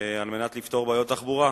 על מנת לפתור בעיות תחבורה.